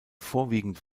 vorwiegend